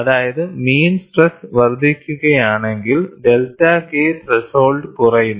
അതായത് mean stress വർദ്ധിക്കുകയാണെങ്കിൽ delta K threshold കുറയുന്നു